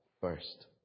first